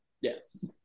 Yes